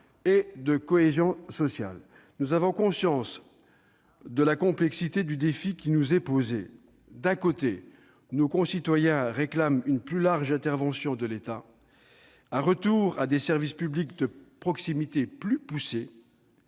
et de cohésion sociale. Nous avons conscience de la complexité du défi qui nous est posé : d'un côté, nos concitoyens réclament une plus large intervention de l'État et un retour à des services publics de proximité plus poussés